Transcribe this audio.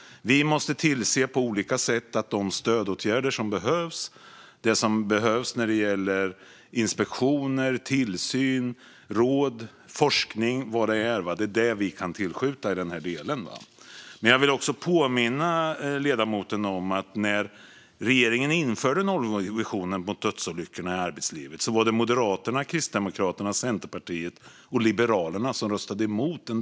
Vi måste tillse på olika sätt att de stödåtgärder som behövs när det gäller inspektioner, tillsyn, råd, forskning och vad det nu är finns på plats. Det är det vi kan tillskjuta i den här delen. Jag vill påminna ledamoten om att när regeringen införde nollvisionen för dödsolyckorna i arbetslivet var det Moderaterna, Kristdemokraterna, Centerpartiet och Liberalerna som röstade emot.